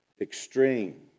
extreme